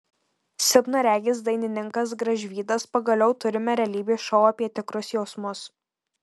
silpnaregis dainininkas gražvydas pagaliau turime realybės šou apie tikrus jausmus